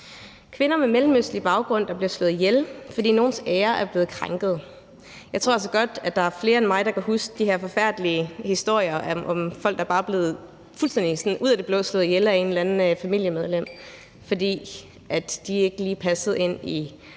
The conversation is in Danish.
kvinder med mellemøstlig baggrund, der bliver slået ihjel, fordi nogens ære er blevet krænket. Jeg tror altså godt, der er flere end mig, der kan huske de her forfærdelige historier om folk, der fuldstændig ud af det blå er blevet slået ihjel af et eller andet familiemedlem, fordi de ikke lige passede ind i